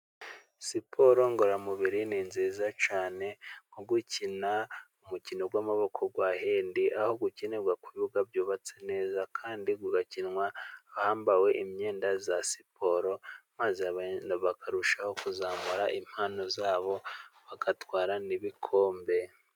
Siporo ngororamubiri ni nziza cyane, nko gukina umukino w'amaboko kwa hendi, aho ukinirwa ku bibuga byubatse neza kandi ugakinwa bambaye imyenda ya siporo, maze bakarushaho kuzamura impano zabo bagatwara n'ibikombe.